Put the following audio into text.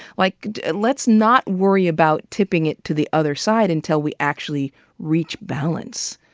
like let's not worry about tipping it to the other side until we actually reach balance.